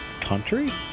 Country